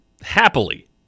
happily